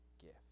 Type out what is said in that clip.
gift